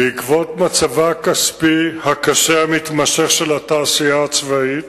בעקבות מצבה הכספי הקשה המתמשך של התעשייה הצבאית,